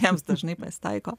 jiems dažnai pasitaiko